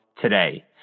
today